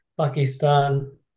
Pakistan